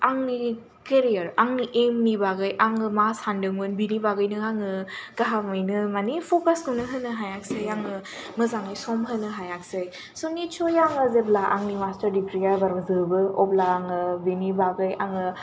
आंनि केरियार आंनि एमनि बागै आङो मा सानदोंमोन बेनि बागैनो आङो गाहामैनो माने फ'कासखौनो होनो हायासै आङो मोजाङै सम होनो हायासै स' निस्सय आङो जेब्ला आंनि मास्टार्स डिग्रिया एबाराव जोबो अब्ला आङो बेनि बागै आङो